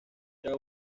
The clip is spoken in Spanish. era